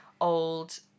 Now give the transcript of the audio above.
old